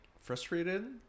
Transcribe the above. frustrated